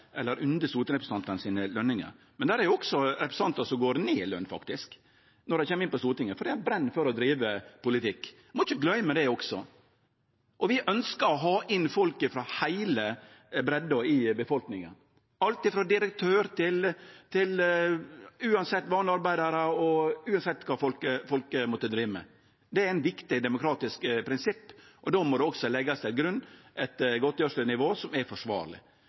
kjem inn på Stortinget, fordi dei brenn for å drive politikk. Ein må ikkje gløyme det også. Vi ønskjer å ha inn folk frå heile breidda i befolkninga – alt frå direktørar til vanlege arbeidarar, uansett kva folk måtte drive med. Det er eit viktig demokratisk prinsipp, og då må det også leggjast til grunn eit godtgjerslenivå som er forsvarleg.